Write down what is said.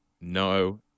no